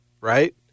Right